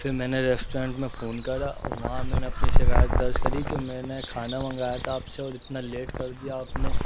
پھر میں نے ریسٹورینٹ میں فون کرا اور وہاں میں نے اپنی شکایت درج کری کہ میں نے کھانا منگایا تھا آپ سے اور اتنا لیٹ کر دیا آپ نے